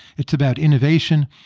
it's about innovation.